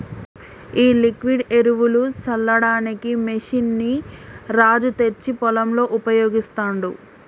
ఈ లిక్విడ్ ఎరువులు సల్లడానికి మెషిన్ ని రాజు తెచ్చి పొలంలో ఉపయోగిస్తాండు